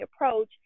approach